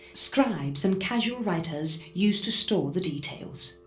scribes and casual writers used to store the details.